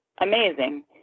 amazing